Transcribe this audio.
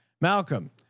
Malcolm